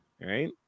right